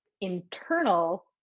internal